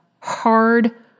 hard